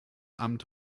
amt